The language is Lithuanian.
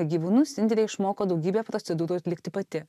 gyvūnus indrė išmoko daugybę procedūrų atlikti pati